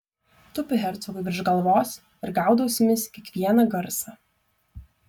tupi hercogui virš galvos ir gaudo ausimis kiekvieną garsą